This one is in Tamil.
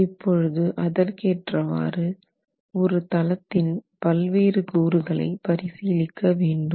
இப்பொழுது அதற்கேற்றவாறு ஒரு தளத்தின் பல்வேறு கூறுகளை பரிசீலிக்க வேண்டும்